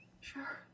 Sure